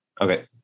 Okay